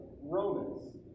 Romans